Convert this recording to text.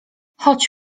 chodź